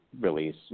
release